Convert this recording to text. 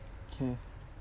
okay